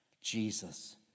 Jesus